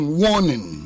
warning